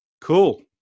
Cool